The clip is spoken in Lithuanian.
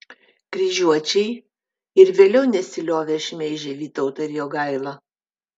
kryžiuočiai ir vėliau nesiliovė šmeižę vytautą ir jogailą